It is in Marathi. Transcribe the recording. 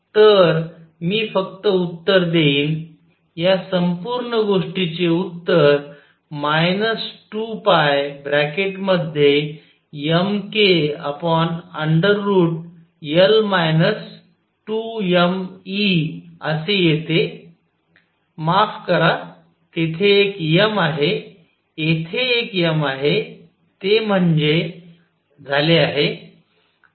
तर मी फक्त उत्तर देईन या संपूर्ण गोष्टीचे उत्तर 2π असे येते माफ करा तेथे एक m आहे येथे एक m आहे ते म्हंजे झाले आहे